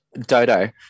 Dodo